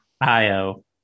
I-O